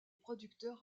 producteurs